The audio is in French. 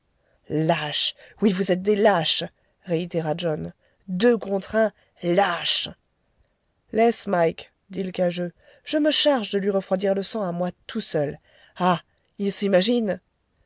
lâches oui vous êtes des lâches réitéra john deux contre un lâches laisse mike dit l'cageux je me charge de lui refroidir le sang à moi tout seul ah il s'imagine